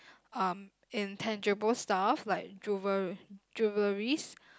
um intangible stuff like jewel~ jewelleries